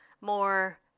more